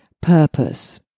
purpose